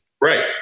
Right